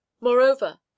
moreover